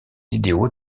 idéaux